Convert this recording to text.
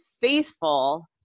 faithful